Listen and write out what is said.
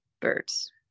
birds